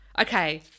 Okay